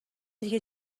دیگه